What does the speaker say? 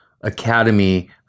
academy